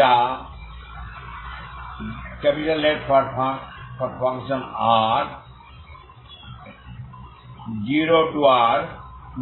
যা F 0 R এর